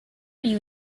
you